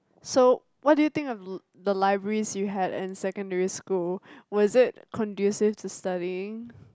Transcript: so what do you think of li~ the libraries you had in secondary school was it conducive to studying